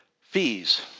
Fees